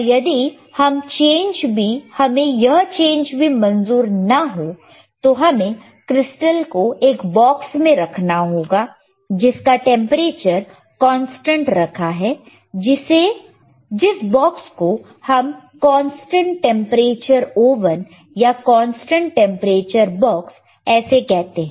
पर यदि यह चेंज भी मंजूर ना हो तो हमें क्रिस्टल को एक बॉक्स में रखना होगा जिस का टेंपरेचर कांस्टेंट रखा है जिस बॉक्स को हम कांस्टेंट टेंपरेचर ओवन या कांस्टेंट टेंपरेचर बॉक्स ऐसे कहते